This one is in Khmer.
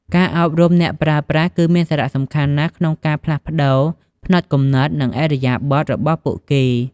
ការអប់រំអ្នកប្រើប្រាស់គឺមានសារៈសំខាន់ណាស់ក្នុងការផ្លាស់ប្តូរផ្នត់គំនិត និងឥរិយាបទរបស់ពួកគេ។